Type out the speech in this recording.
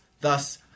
Thus